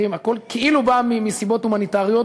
הכול כאילו מסיבות הומניטריות,